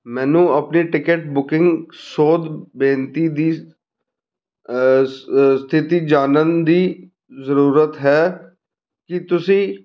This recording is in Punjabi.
ਮੈਨੂੰ ਆਪਣੀ ਟਿਕਟ ਬੁਕਿੰਗ ਸੋਧ ਬੇਨਤੀ ਦੀ ਸਥਿਤੀ ਜਾਣਨ ਦੀ ਜ਼ਰੂਰਤ ਹੈ ਕੀ ਤੁਸੀਂ